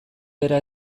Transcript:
bera